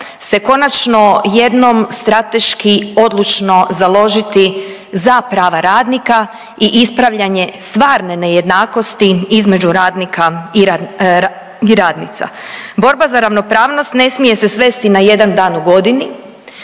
se konačno jednom strateški odlučno založiti za prava radnika i ispravljanje stvarne nejednakosti između radnika i radnica. Borba za ravnopravnost ne smije se svesti na jedan dan u godini